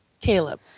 Caleb